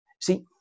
See